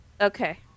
okay